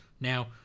now